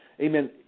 Amen